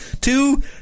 Two